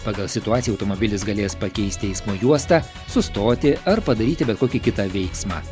pagal situaciją automobilis galės pakeisti eismo juostą sustoti ar padaryti bet kokį kitą veiksmą